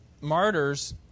martyrs